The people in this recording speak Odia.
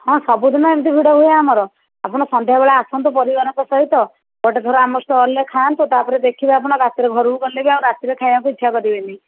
ହଁ ସବୁଦିନେ ଏମିତି ଭିଡ଼ ହୁଏ ଆମର ଆପଣ ସନ୍ଧ୍ୟାବେଳେ ଆସନ୍ତୁ ପରିବାରଙ୍କ ସହିତ ଗୋଟେଥର ଆମ ଷ୍ଟଲ ରେ ଖାଆନ୍ତୁ ତାପରେ ଦେଖିବେ ଆପଣ ରାତିରେ ଘରକୁ ଗଲେ ବି ଆଉ ରାତିରେ ଖାଇବାକୁ ଇଚ୍ଛା କରିବେନି